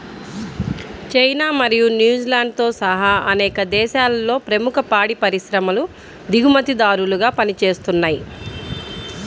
China మరియు న్యూజిలాండ్తో సహా అనేక దేశాలలో ప్రముఖ పాడి పరిశ్రమలు దిగుమతిదారులుగా పనిచేస్తున్నయ్